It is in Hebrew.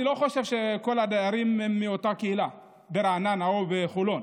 אני לא חושב שהדיירים הם מאותה קהילה ברעננה או בחולון,